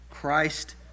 Christ